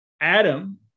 Adam